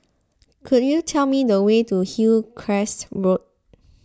could you tell me the way to Hillcrest Road